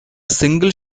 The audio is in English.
single